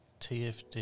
TFD